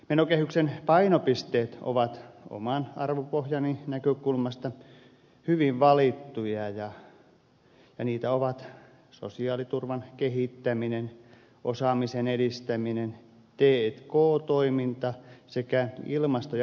menokehyksen painopisteet ovat oman arvopohjani näkökulmasta hyvin valittuja ja niitä ovat sosiaaliturvan kehittäminen osaamisen edistäminen t k toiminta sekä ilmasto ja energiapolitiikka